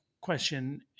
question